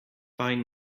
find